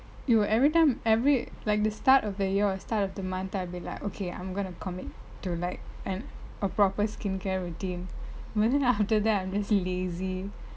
you will everytime every like the start of the year or start of the month I'd be like okay I'm gonna commit to like an a proper skincare routine but then after that I'm just lazy